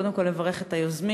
וקודם כול לברך את היוזמים,